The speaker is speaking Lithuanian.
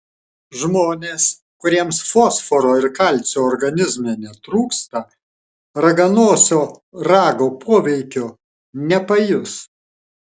žmonės kuriems fosforo ir kalcio organizme netrūksta raganosio rago poveikio nepajus